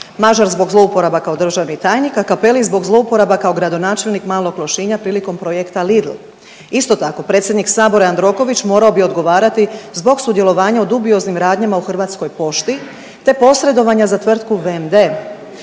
Mažar zbog zlouporaba kao državni tajnik, a Cappelli zbog zlouporaba kao gradonačelnik Malog Lošinja prilikom projekta Lidl. Isto tako, predsjednik Sabora Jandroković morao bi odgovarati zbog sudjelovanja u dubioznim radnjama u Hrvatskoj pošti te posredovanja za tvrtku VMD.